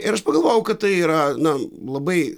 ir aš pagalvojau kad tai yra na labai